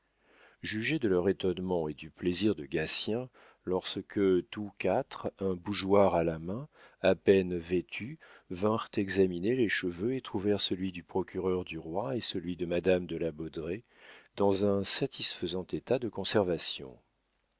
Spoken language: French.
jugez de leur étonnement et du plaisir de gatien lorsque tous quatre un bougeoir à la main à peine vêtus vinrent examiner les cheveux et trouvèrent celui du procureur du roi et celui de madame de la baudraye dans un satisfaisant état de conservation